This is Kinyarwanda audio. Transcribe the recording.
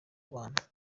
rwanda